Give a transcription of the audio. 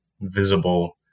visible